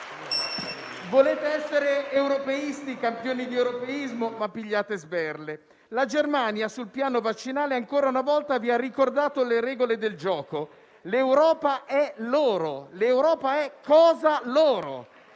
Volete essere europeisti e campioni di europeismo, ma pigliate sberle. La Germania, sul piano vaccinale, ancora una volta, vi ha ricordato le regole del gioco: l'Europa è loro, è cosa loro.